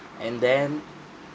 and then